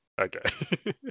Okay